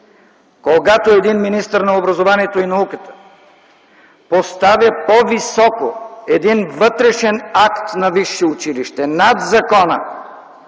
когато един министър на образованието и науката поставя по-високо един вътрешен акт на висше училище над закона